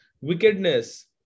wickedness